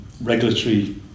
regulatory